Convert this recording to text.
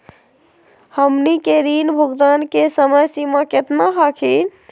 हमनी के ऋण भुगतान के समय सीमा केतना हखिन?